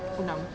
enam